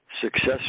Success